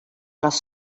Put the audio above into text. les